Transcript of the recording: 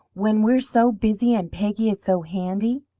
when we're so busy, and peggy is so handy!